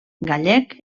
gallec